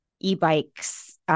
e-bikes